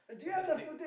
fantastic